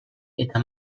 eta